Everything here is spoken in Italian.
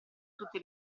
tutte